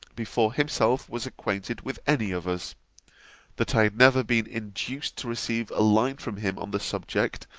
before himself was acquainted with any of us that i had never been induced to receive a line from him on the subject,